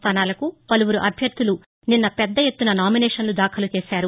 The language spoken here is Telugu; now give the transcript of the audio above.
స్థానాలకు వలువురు అభ్యర్థలు నిన్న పెద్దఎత్తున నామినేషన్లు దాఖలుచేశారు